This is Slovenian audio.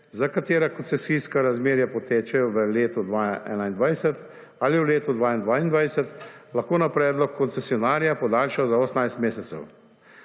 za katera koncesijska razmerja potečejo v letu 2021 ali v letu 2022 lahko na predlog koncesionarja podaljša za 18 mesecev.